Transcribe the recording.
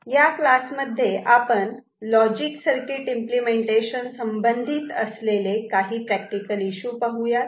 या क्लासमध्ये आपण लॉजिक सर्किट इम्पलेमेंटेशन संबंधित असलेले काही प्रॅक्टिकल इशू पाहु यात